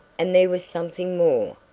and there was something more.